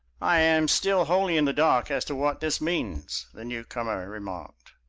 i am still wholly in the dark as to what this means! the newcomer remarked.